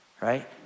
right